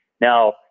Now